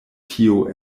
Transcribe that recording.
tio